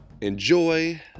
enjoy